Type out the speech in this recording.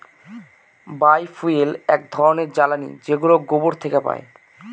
বায় fuel এক ধরনের জ্বালানী যেগুলো গোবর থেকে পাই